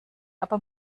aber